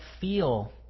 feel